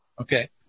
Okay